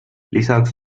lisaks